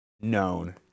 known